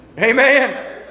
Amen